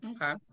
Okay